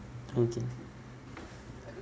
okay